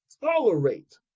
tolerate